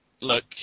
look